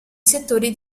settori